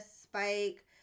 Spike